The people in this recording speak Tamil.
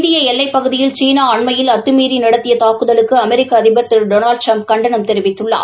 இந்திய எல்லைப்பகுதியில் சீனா அண்மையில் அத்தமீறி நடத்திய தாக்குதலுக்கு அமெரிக்க அதிபர் திரு டொனால்டு ட்டிரம்ப் கண்டனம் தெரிவித்துள்ளார்